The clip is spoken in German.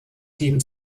team